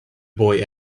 boy